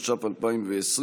התש"ף 2020,